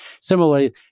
Similarly